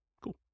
Cool